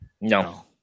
No